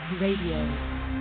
radio